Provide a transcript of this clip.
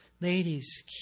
ladies